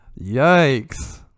yikes